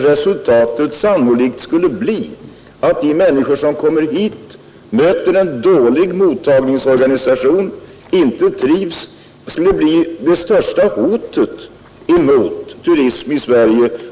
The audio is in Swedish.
Resultatet skulle sannolikt bli att de människor som kom hit fick möta en dålig mottagningsorganisation. Och människor som inte trivs skulle vara det största hot vi kan tänka oss mot framtida turism i Sverige.